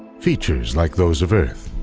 features like those of earth.